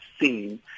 seen